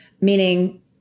meaning